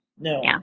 No